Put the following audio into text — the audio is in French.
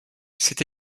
s’est